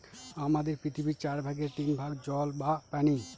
আমাদের পৃথিবীর চার ভাগের তিন ভাগ হল জল বা পানি